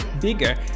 bigger